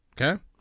Okay